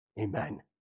Amen